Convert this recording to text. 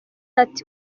ati